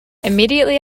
immediately